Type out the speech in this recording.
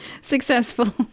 successful